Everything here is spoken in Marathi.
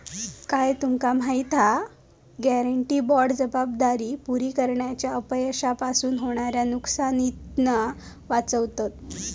काय तुमका माहिती हा? गॅरेंटी बाँड जबाबदारी पुरी करण्याच्या अपयशापासून होणाऱ्या नुकसानीतना वाचवता